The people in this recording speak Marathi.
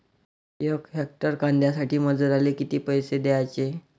यक हेक्टर कांद्यासाठी मजूराले किती पैसे द्याचे?